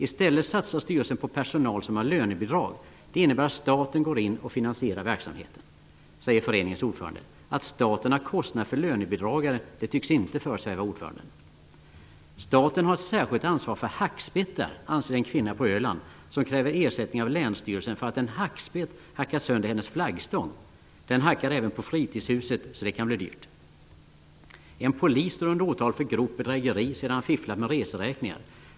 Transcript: I stället satsar styrelsen på personal som har lönebidrag. Det innebär att staten går in och finansierar verksamheten, säger föreningens ordförande. Att staten har kostnader för lönebidragare tycks inte föresväva ordföranden. Staten har ett särskilt ansvar för hackspettar, anser en kvinna på Öland, som kräver ersättning av länsstyrelsen för att en hackspett hackat sönder hennes flaggstång. Den hackar även på fritidshuset, så det kan bli dyrt. En polis står under åtal för grovt bedrägeri sedan han fifflat med reseräkningar.